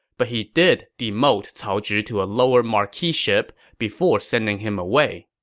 but he did demoted cao zhi to a lower marquiship before sending him away.